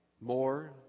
more